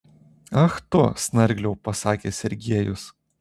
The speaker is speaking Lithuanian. ach tu snargliau pasakė sergiejus